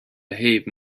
behave